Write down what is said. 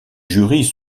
jury